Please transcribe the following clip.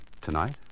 Tonight